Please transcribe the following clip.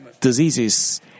diseases